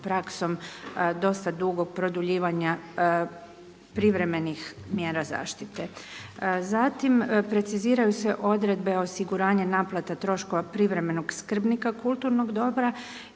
praksom dosta dugog produljivanja privremenih mjera zaštite. Zatim preciziraju se odredbe osiguranja naplata troškova privremenog skrbnika kulturnog dobra.